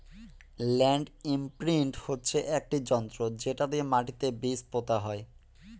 land imprint হচ্ছে একটি যন্ত্র যেটা দিয়ে মাটিতে বীজ পোতা হয়